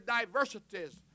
diversities